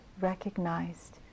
recognized